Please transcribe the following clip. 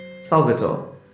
Salvador